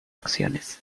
acciones